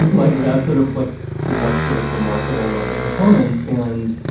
like, that's sort of like what's sort of remarkable about the performance. and